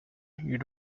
you